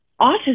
autism